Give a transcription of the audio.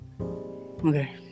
Okay